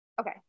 Okay